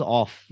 off